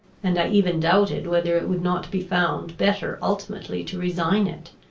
and i even doubted whether it would not be found better ultimately to resign it,